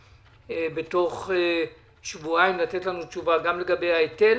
בתוך שבועיים אנחנו מבקשים תשובה גם לגבי ההיטל